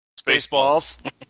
Spaceballs